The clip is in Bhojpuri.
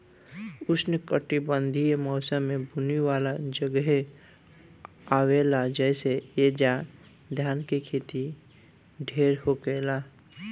उष्णकटिबंधीय मौसम में बुनी वाला जगहे आवेला जइसे ऐजा धान के खेती ढेर होखेला